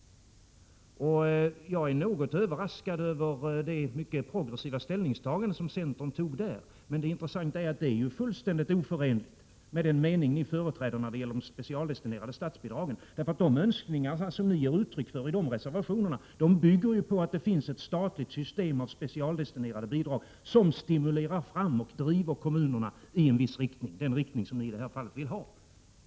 Jag är något överraskad över det mycket progressiva ställningstagande ni gjort i det fallet. Men det intressanta är att det är fullständigt oförenligt med den uppfattning ni har när det gäller de specialdestinerade statsbidragen. De önskningar som ni ger uttryck för i dessa reservationer bygger på att det finns ett statligt system med specialdestinerade bidrag, som stimulerar och driver kommunerna i en viss riktning.